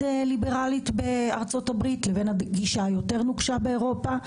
ליברלית בארצות הברית לבין הגישה היותר נוקשה באירופה.